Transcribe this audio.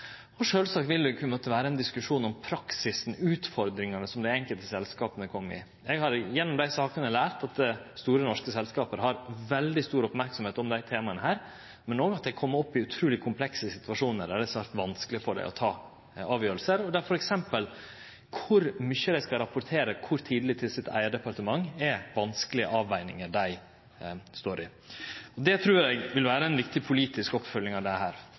Og sjølvsagt vil det kunne vere ein diskusjon om praksisen, utfordringane som dei enkelte selskapa har. Eg har gjennom dei sakene lært at store norske selskap har veldig stor merksemd om desse temaa, men òg at dei kjem opp i utruleg komplekse situasjonar der det er svært vanskeleg for dei å ta avgjerder, f.eks. kor mykje dei skal rapportere kor tidleg til sitt eige departement, er vanskelege avvegingar dei står i. Det trur eg vil vere ei viktig politisk oppfølging av dette. Elles rundar eg av innlegget mitt med igjen å vise til våre merknader og det